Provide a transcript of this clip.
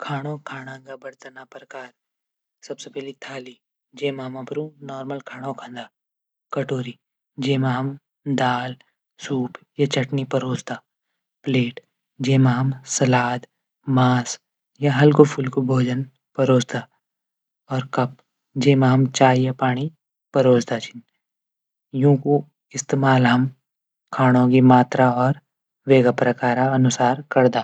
खाणू खाणा बर्तन प्रकार सबसे पैली थाली ज्यामा हम नौरमल खाणू खांदा। कटोरी जी मा हम दाल सूप चटनी परोसदा। प्लेट ज्यां हम सलाद मांस या हल्कू फुल्कू भोजन परोसदा। अर कप ज्यां हम चाय या पाणी परोसदा छिन। यूंक इस्तेमाल हम खाणू की मात्रा और प्रकारा अनुसार करदा।